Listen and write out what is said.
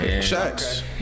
shots